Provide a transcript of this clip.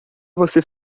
você